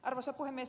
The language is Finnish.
arvoisa puhemies